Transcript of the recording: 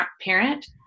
parent